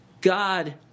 God